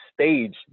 stage